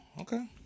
Okay